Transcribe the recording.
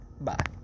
bye